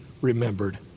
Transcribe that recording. remembered